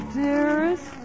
dearest